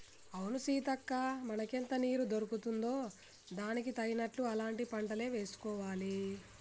అవును సీతక్క మనకెంత నీరు దొరుకుతుందో దానికి తగినట్లు అలాంటి పంటలే వేసుకోవాలి